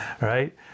Right